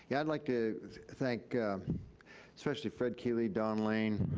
yeah i'd like to thank especially fred keeley, don lane,